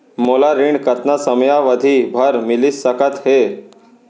मोला ऋण कतना समयावधि भर मिलिस सकत हे?